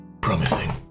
Promising